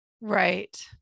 Right